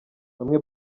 bamwe